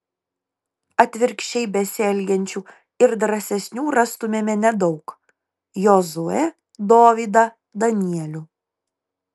atvirkščiai besielgiančių ir drąsesnių rastumėme nedaug jozuę dovydą danielių